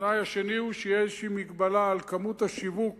התנאי השני הוא שיש מגבלה על כמות השיווק